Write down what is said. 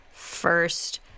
first